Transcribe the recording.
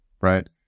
right